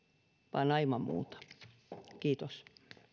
vaan aivan muuta kiitos